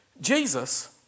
Jesus